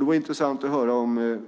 Det vore intressant att höra om